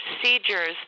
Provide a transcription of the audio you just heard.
procedures